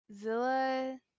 Zilla